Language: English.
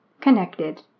Connected